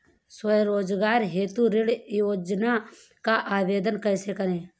स्वरोजगार हेतु ऋण योजना का आवेदन कैसे करें?